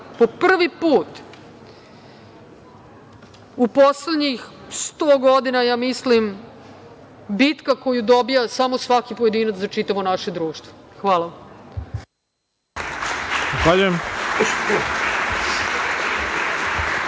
po prvi put u poslednjih sto godina ja mislim, bitka koju dobija samo svaki pojedinac za čitavo naše društvo. Hvala vam.